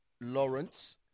Lawrence